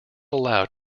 allowed